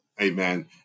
Amen